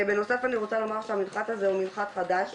בנוסף אני רוצה לומר שהמנחת הזה הוא מנחת חדש,